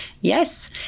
Yes